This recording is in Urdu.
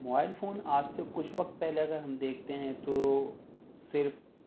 موبائل فون آج سے کچھ وقت پہلے اگر ہم دیکھتے ہیں تو صرف